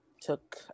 took